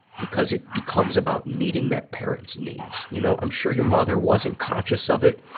because it becomes about meeting that parent's need. you know, i'm sure your mother wasn't conscious of it.